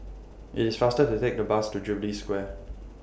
IT IS faster to Take The Bus to Jubilee Square